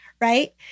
right